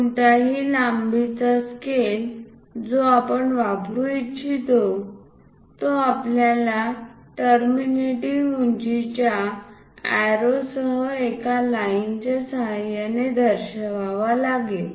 कोणताही लांबीचा स्केल जो आपण वापरू इच्छितो तो आपल्याला टर्मिनेटिंग उंचीच्या ऍरो सह एका लाईन च्या सहाय्याने दर्शवावा लागेल